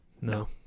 No